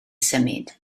symud